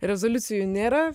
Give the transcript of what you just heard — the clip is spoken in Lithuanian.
rezoliucijų nėra